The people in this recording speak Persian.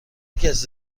کسی